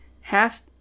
half